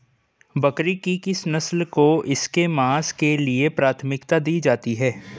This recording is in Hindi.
बकरी की किस नस्ल को इसके मांस के लिए प्राथमिकता दी जाती है?